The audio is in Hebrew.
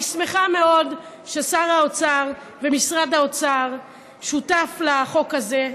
אני שמחה מאוד ששר האוצר ומשרד האוצר שותפים לחוק הזה.